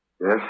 Yes